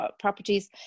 properties